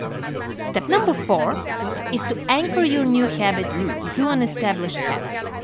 step number four is to anchor your new habit to an established habit.